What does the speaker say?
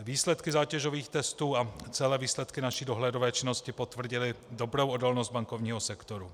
Výsledky zátěžových testů a celé výsledky naší dohledové činnosti potvrdily dobrou odolnost bankovního sektoru.